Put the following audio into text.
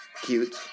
cute